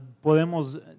podemos